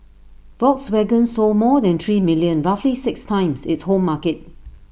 Volkswagen sold more than three million roughly six times its home market